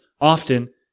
often